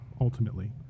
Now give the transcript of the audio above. ultimately